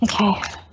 Okay